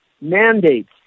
mandates